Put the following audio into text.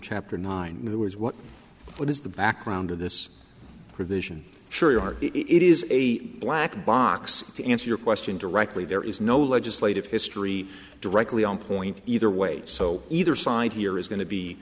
chapter nine who is what what is the background of this provision sure you are it is a black box to answer your question directly there is no legislative history directly on point either way so either side here is going to be